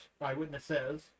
eyewitnesses